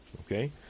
Okay